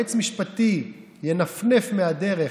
שהיועץ המשפטי ינפנף מהדרך,